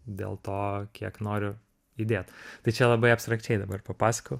dėl to kiek noriu judėt tai čia labai abstrakčiai dabar papasakojau